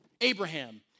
Abraham